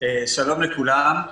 שלום לכולם.